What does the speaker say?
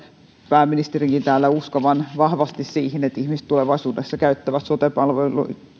pääministerikin täällä uskovan vahvasti siihen että ihmiset tulevaisuudessa käyttävät sote